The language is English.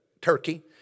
Turkey